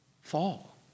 fall